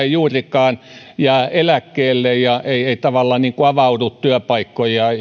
ei juurikaan jää eläkkeelle ja ei tavallaan avaudu työpaikkoja